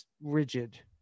rigid